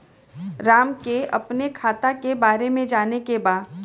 राम के अपने खाता के बारे मे जाने के बा?